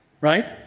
Right